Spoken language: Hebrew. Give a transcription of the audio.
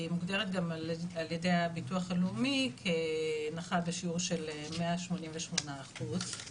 היא מוגדרת גם על ידי הביטוח הלאומי כנכה בשיעור של 188 אחוזים,